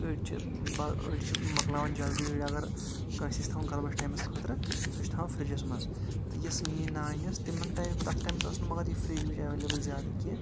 أڈۍ چھِ بہ أڑۍ چھِ مۄکلاوان جلدی أڑۍ اَگر کٲنٛسہِ آسہِ تھاوُن غلبس ٹایمُس خٲطرٕ سُہ چھُ تھاوان فرِجَس منٛز تہ یۄس میٲنۍ نانۍ ٲس تِمن ٹایم تَتھ ٹایمَس اوس نہٕ مَگر یہِ فرِج ورِج اویلیبل زیادٕ کیٚنٛہہ